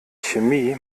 chemie